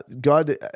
God